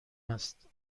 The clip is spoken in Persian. است